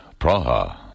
Praha